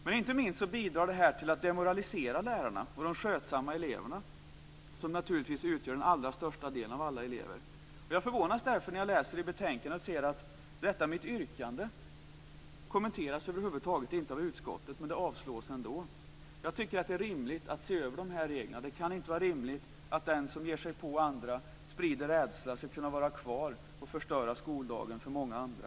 Men inte minst bidrar det här till att demoralisera lärarna och de skötsamma eleverna, som naturligtvis utgör den allra största delen av alla elever. Jag förvånas därför när jag läser i betänkandet och ser att mitt yrkande över huvud taget inte kommenteras av utskottet men ändå avslås. Jag tycker att det är rimligt att se över de här reglerna. Det kan inte vara rimligt att den som ger sig på andra och sprider rädsla skall kunna vara kvar och förstöra skoldagen för många andra.